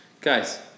Guys